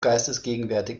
geistesgegenwärtig